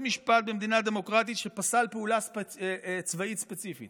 משפט במדינה דמוקרטית שפסל פעולה צבאית ספציפית.